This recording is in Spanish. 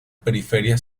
periferia